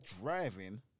driving